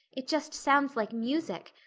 it just sounds like music.